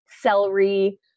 celery